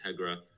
Integra